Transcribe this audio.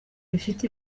bifite